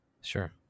sure